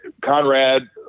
Conrad